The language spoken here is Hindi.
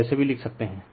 तो ऐसे भी लिख सकते हैं